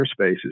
airspaces